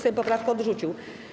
Sejm poprawkę odrzucił.